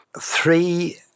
three